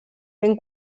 ben